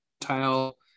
tile